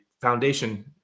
foundation